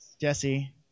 Jesse